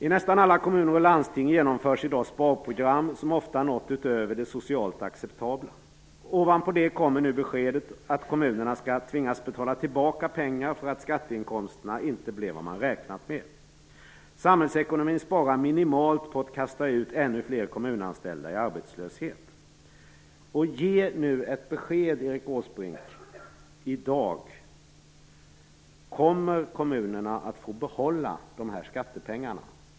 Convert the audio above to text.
I nästan alla kommuner och landsting genomförs i dag sparprogram som ofta har nått utöver det socialt acceptabla. Ovanpå detta kommer nu beskedet att kommunerna skall tvingas betala tillbaka pengar för att skatteinkomsterna inte blev vad man räknat med. Samhällsekonomin sparar minimalt på att kasta ut ännu fler kommunalanställda i arbetslöshet. Ge nu ett besked i dag, Erik Åsbrink: Kommer kommunerna att få behålla dessa skattepengar?